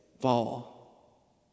fall